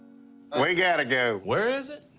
we gotta go. where is it?